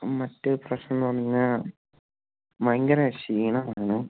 മറ്റേ പ്രശ്നം എന്നുപറഞ്ഞുകഴിഞ്ഞാൽ ഭയങ്കര ക്ഷീണമാണ്